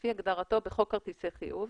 לפי הגדרתו בחוק כרטיסי חיוב,